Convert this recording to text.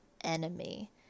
enemy